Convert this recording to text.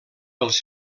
pels